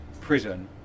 prison